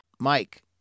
Mike